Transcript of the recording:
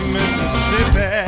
Mississippi